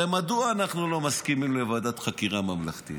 הרי מדוע אנחנו לא מסכימים לוועדת חקירה ממלכתית?